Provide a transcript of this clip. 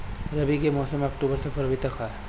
रबी के मौसम अक्टूबर से फ़रवरी तक ह